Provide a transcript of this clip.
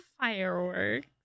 fireworks